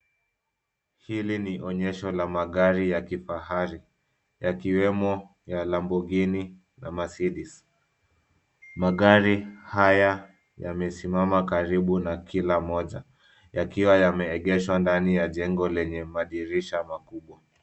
Hili ni onyesho la magari ya kifahari yakiwemo ya Lamborghini na Mercedes . Magari haya yamesimama karibu na kila moja yakiwa yameegeshwa ndani ya jengo lenye madirisha makubwa.